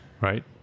Right